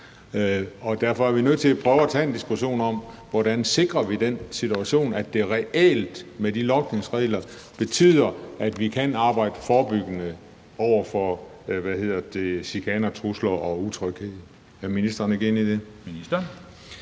derfor er vi nødt til at prøve at tage en diskussion om, hvordan vi sikrer den situation, at det reelt med de logningsregler betyder, at vi kan arbejde forebyggende i forhold til chikaner, trusler og utryghed.